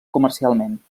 comercialment